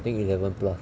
I think eleven plus